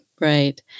Right